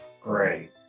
Great